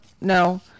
no